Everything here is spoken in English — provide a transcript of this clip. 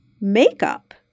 makeup